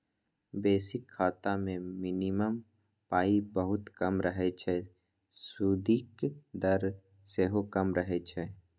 basic खाता मे minimum पाइ बहुत कम रहय छै सुदिक दर सेहो कम रहय छै